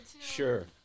sure